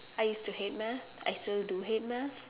I used to hate math I still do hate math